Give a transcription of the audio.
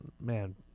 man